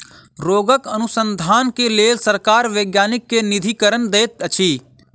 रोगक अनुसन्धान के लेल सरकार वैज्ञानिक के निधिकरण दैत अछि